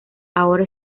ahora